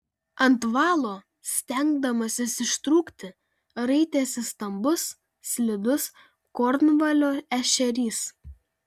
ant valo stengdamasis ištrūkti raitėsi stambus slidus kornvalio ešerys